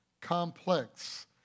complex